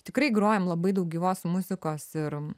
tikrai grojam labai daug gyvos muzikos ir